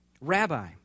Rabbi